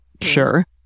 Sure